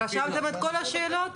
להבנתי, להחלטת חברי הכנסת